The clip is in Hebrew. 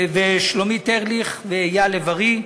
שלומית ארליך ואייל לב-ארי.